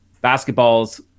basketball's